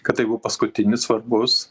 kad tai buvo paskutinis svarbus